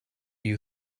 you